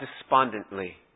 despondently